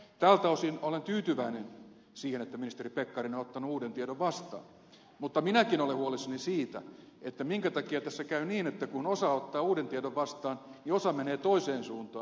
tältä osin olen tyytyväinen siihen että ministeri pekkarinen on ottanut uuden tiedon vastaan mutta minäkin olen huolissani siitä että minkä takia tässä käy niin että kun osa ottaa uuden tiedon vastaan niin osa menee toiseen suuntaan